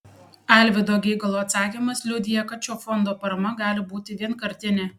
alvydo geigalo atsakymas liudija kad šio fondo parama gali būti vienkartinė